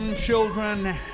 Children